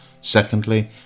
Secondly